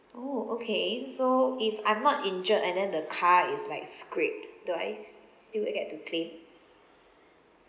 oh okay so if I'm not injured and then the car is like scrapped do I s~ still uh get to claim